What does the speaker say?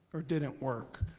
or didn't work.